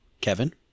Kevin